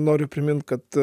noriu primint kad